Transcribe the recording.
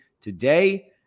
today